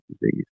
disease